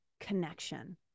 connection